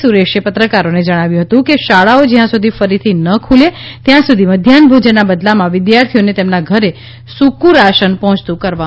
સુરેશે પત્રકારોને જણાવ્યું હતું કે શાળાઓ જ્યાં સુધી ફરીથી ન ખૂલે ત્યાં સુધી મધ્યાહન ભોજનના બદલામાં વિદ્યાર્થીઓને તેમના ઘરે સૂકું રાશન પહોંચતું કરવામાં આવશે